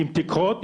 עם תקרות,